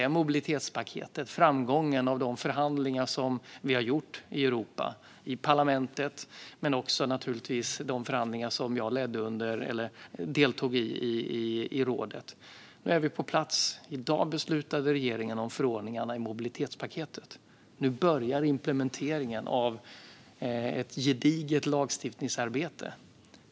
Det är den framgång som har kommit av de förhandlingar som vi har haft i Europa, både i parlamentet och naturligtvis i de förhandlingar som jag deltog i i rådet. Nu har vi det på plats. I dag fattade regeringen beslut om förordningarna i mobilitetspaketet. Nu börjar implementeringen av ett gediget lagstiftningsarbete.